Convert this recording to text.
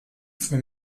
für